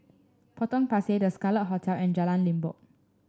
Potong Pasir The Scarlet Hotel and Jalan Limbok